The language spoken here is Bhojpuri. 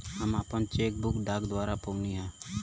हम आपन चेक बुक डाक द्वारा पउली है